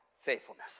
faithfulness